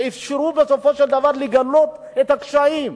שאפשרו בסופו של דבר לגלות את הקשיים.